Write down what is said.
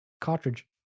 cartridge